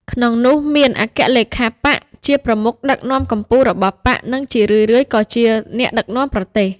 ក្នុងនោះមានអគ្គលេខាបក្ស ជាប្រមុខដឹកនាំកំពូលរបស់បក្ស និងជារឿយៗក៏ជាអ្នកដឹកនាំប្រទេស ។